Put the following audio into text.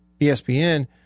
ESPN